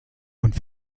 und